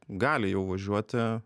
gali jau važiuoti